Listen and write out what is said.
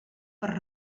per